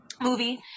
movie